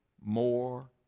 more